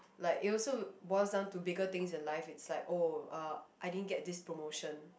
like it also boils to down bigger things in life it's like oh I didn't get this promotion